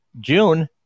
June